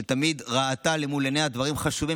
שתמיד ראתה למול עיניה דברים חשובים